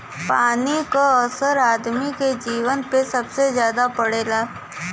पानी क असर आदमी के जीवन पे सबसे जादा पड़ला